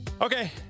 Okay